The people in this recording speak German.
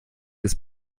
ist